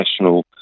national